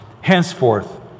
Henceforth